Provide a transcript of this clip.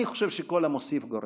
אני חושב שכל המוסיף גורע.